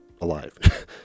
alive